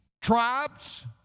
tribes